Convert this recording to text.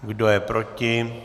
Kdo je proti?